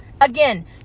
Again